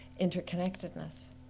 interconnectedness